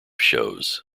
shows